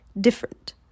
different